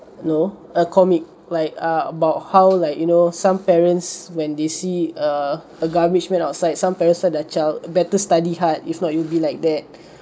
no a comic like err about how like you know some parents when they see a a garbageman outside some parents tell their child better study hard if not you'll be like that